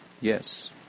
yes